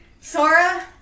Sora